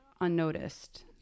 unnoticed